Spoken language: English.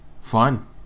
fun